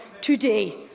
today